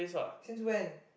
since when